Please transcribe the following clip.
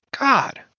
God